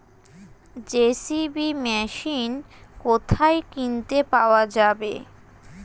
JCB machine কোথায় কিনতে পাওয়া যাবে?